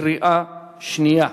בקריאה שנייה.